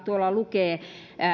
tuolla lukee